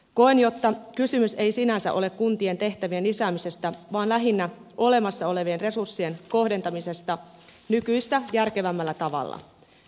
koen että kysymys ei sinänsä ole kuntien tehtävien lisäämisestä vaan lähinnä olemassa olevien resurssien kohdentamisesta nykyistä järkevämmällä tavalla